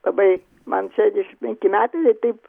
labai man šešiasdešimt penki metai taip